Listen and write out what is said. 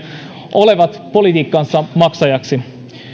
olevat politiikkansa maksajiksi